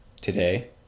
today